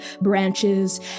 branches